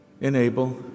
Enable